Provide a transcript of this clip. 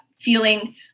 feeling